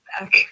back